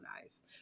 nice